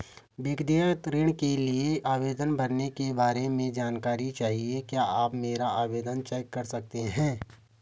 व्यक्तिगत ऋण के लिए आवेदन भरने के बारे में जानकारी चाहिए क्या आप मेरा आवेदन चेक कर सकते हैं?